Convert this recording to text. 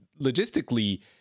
logistically